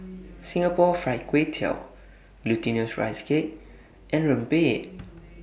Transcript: Singapore Fried Kway Tiao Glutinous Rice Cake and Rempeyek